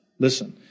Listen